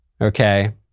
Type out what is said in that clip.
okay